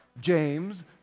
James